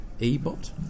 Ebot